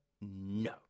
no